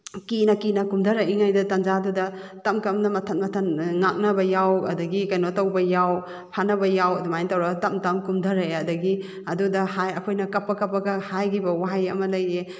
ꯀꯤꯅ ꯀꯤꯅ ꯀꯨꯝꯊꯔꯛꯏꯉꯩꯗ ꯇꯟꯖꯥꯗꯨꯗ ꯀꯞ ꯀꯞꯅ ꯃꯊꯟ ꯃꯊꯟ ꯉꯥꯛꯅꯕ ꯌꯥꯎ ꯑꯗꯒꯤ ꯀꯩꯅꯣ ꯇꯧꯕ ꯌꯥꯎ ꯐꯥꯅꯕ ꯌꯥꯎ ꯑꯗꯨꯃꯥꯏꯅ ꯇꯧꯔꯒ ꯇꯞ ꯇꯞꯅ ꯀꯨꯝꯊꯔꯛꯑꯦ ꯑꯗꯒꯤ ꯑꯗꯨꯗ ꯍꯥꯏ ꯑꯩꯈꯣꯏꯅ ꯀꯞꯄ ꯀꯞꯄꯒ ꯍꯥꯏꯈꯤꯕ ꯋꯥꯍꯩ ꯑꯃ ꯂꯩꯌꯦ